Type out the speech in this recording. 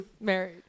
Married